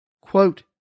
Quote